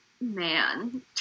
man